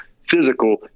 physical